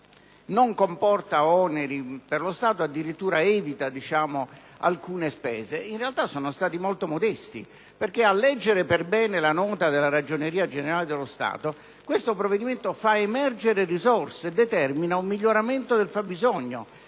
non comporta oneri per lo Stato e addirittura evita alcune spese. In realtà, sono stati molto modesti, perché a leggere bene la Nota della Ragioneria generale dello Stato questo provvedimento fa emergere risorse e determina un miglioramento del fabbisogno;